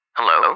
Hello